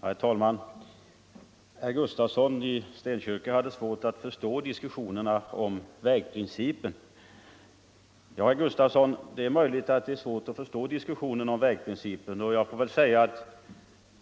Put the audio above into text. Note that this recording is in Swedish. Herr talman! Herr Gustafsson i Stenkyrka hade svårt att förstå diskussionerna om vägprincipen. Ja, herr Gustafsson, det är möjligt att det är svårt att förstå den diskussionen, och jag får väl säga att